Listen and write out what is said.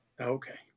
okay